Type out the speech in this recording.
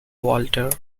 walter